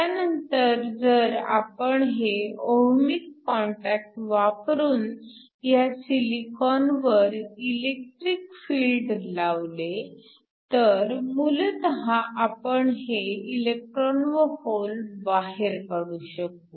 त्यानंतर जर आपण हे ओहमीक कॉन्टॅक्ट वापरून ह्या सिलिकॉनवर इलेक्ट्रिक फील्ड लावले तर मूलतः आपण हे इलेक्ट्रॉन व होल बाहेर काढू शकू